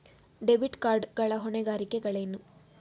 Debit card ಗಳ ಹೊಣೆಗಾರಿಕೆಗಳೇನು?